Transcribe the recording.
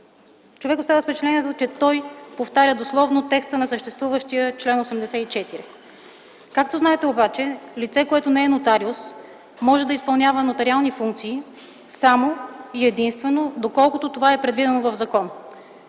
човек остава с впечатлението, че той повтаря дословно текста на съществуващия чл. 84. Както знаете обаче, лице, което не е нотариус, може да изпълнява нотариални функции само и единствено доколкото това е определено в закона.